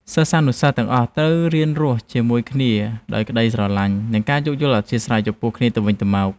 សិស្សានុសិស្សទាំងអស់ត្រូវតែរៀនរស់នៅជាមួយគ្នាដោយក្តីស្រឡាញ់ និងការយោគយល់អធ្យាស្រ័យចំពោះគ្នាទៅវិញទៅមក។